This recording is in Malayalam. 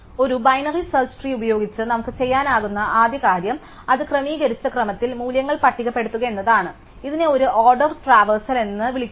ഒരു ബൈനറി സെർച്ച് ട്രീ ഉപയോഗിച്ച് നമുക്ക് ചെയ്യാനാകുന്ന ആദ്യ കാര്യം അത് ക്രമീകരിച്ച ക്രമത്തിൽ മൂല്യങ്ങൾ പട്ടികപ്പെടുത്തുക എന്നതാണ് ഇതിനെ ഒരു ഓർഡർ ട്രാവർസൽ എന്ന് വിളിക്കുന്നു